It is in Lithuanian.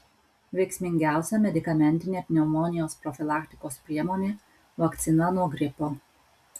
veiksmingiausia medikamentinė pneumonijos profilaktikos priemonė vakcina nuo gripo